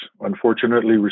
unfortunately